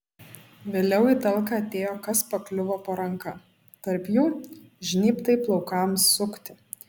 vėliau į talką atėjo kas pakliuvo po ranka tarp jų žnybtai plaukams sukti